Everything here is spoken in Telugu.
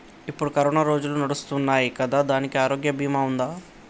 ఇప్పుడు కరోనా రోజులు నడుస్తున్నాయి కదా, దానికి ఆరోగ్య బీమా ఉందా?